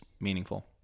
meaningful